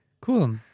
Cool